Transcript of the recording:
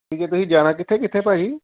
ਠੀਕ ਹੈ ਤੁਸੀਂ ਜਾਣਾ ਕਿੱਥੇ ਕਿੱਥੇ ਭਾਅ ਜੀ